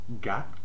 Got